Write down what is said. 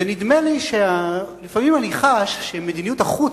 ונדמה לי שלפעמים אני חש שמדיניות החוץ